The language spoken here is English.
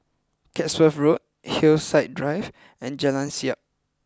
Chatsworth Road Hillside Drive and Jalan Siap